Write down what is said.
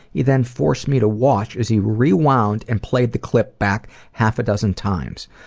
he then forced me to watch as he rewound and played the clip back half a dozen times,